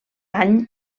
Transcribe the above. any